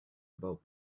about